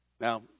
now